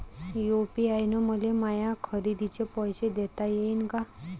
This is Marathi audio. यू.पी.आय न मले माया खरेदीचे पैसे देता येईन का?